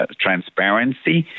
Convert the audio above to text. transparency